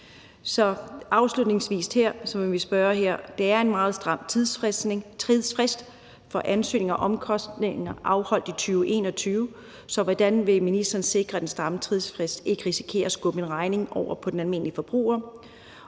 afslutningsvis vil jeg spørge: Det er en meget stram tidsfrist for ansøgninger om omkostninger afholdt i 2021, så hvordan vil ministeren sikre, at den stramme tidsfrist ikke risikerer at skubbe en regning over på den almindelige forbruger?